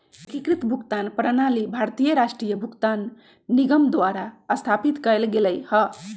एकीकृत भुगतान प्रणाली भारतीय राष्ट्रीय भुगतान निगम द्वारा स्थापित कएल गेलइ ह